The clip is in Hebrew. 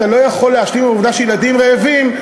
אתה לא יכול להשלים עם העובדה שילדים רעבים,